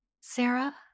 Sarah